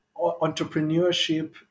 entrepreneurship